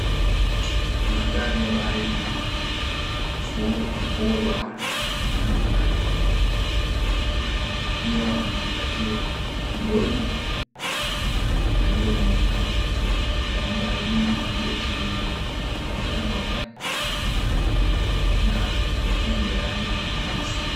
Manthari ya baharini, ufuo wa bahari, ukiona bahari kwa mbali ukiwa ni wakati wa jioni na jua linaonekana kutua. Ndani ya bahari lenyewe kuna boti linalo onekana kwa mbali na ikiwa ni la rangi nyeusi.